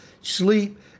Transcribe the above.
sleep